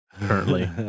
currently